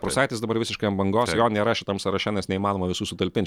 prūsaitis dabar visiškai ant bangos jo nėra šitam sąraše nes neįmanoma visų sutalpint